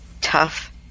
Tough